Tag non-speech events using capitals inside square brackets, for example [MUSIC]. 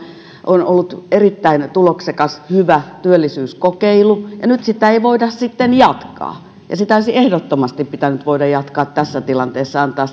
on ollut erittäin tuloksekas hyvä työllisyyskokeilu ja nyt sitä ei voida sitten jatkaa ja sitä olisi ehdottomasti pitänyt voida jatkaa tässä tilanteessa antaa [UNINTELLIGIBLE]